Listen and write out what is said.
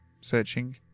searching